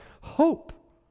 hope